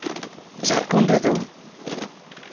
ᱡᱷᱟᱲᱠᱷᱚᱸᱰ ᱨᱮᱫᱚ